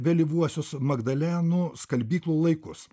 vėlyvuosius magdalenų skalbyklų laikus